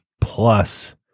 plus